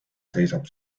seisab